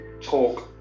Talk